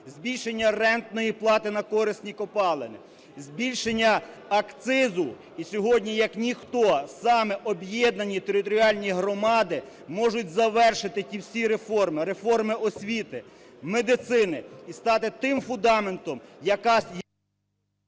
Збільшення рентної плати на корисні копалини. Збільшення акцизу. І сьогодні, як ніхто, саме об’єднані територіальні громади можуть завершити ті всі реформи – реформи освіти, медицини і стати тим фундаментом, який…